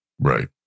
Right